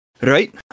Right